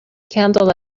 candle